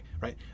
right